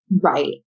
Right